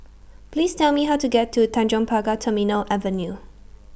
Please Tell Me How to get to Tanjong Pagar Terminal Avenue